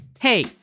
Hey